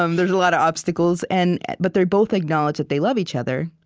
um there's a lot of obstacles, and but they both acknowledge that they love each other,